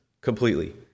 Completely